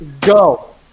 go